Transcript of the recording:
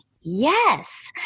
Yes